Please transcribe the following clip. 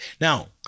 Now